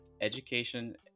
Education